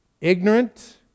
ignorant